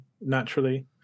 naturally